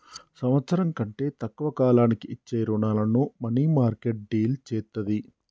సంవత్సరం కంటే తక్కువ కాలానికి ఇచ్చే రుణాలను మనీమార్కెట్ డీల్ చేత్తది